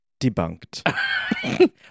debunked